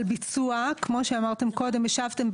עד כמה שאני הבנתי אין פה חבר מטעם תאגידי המים,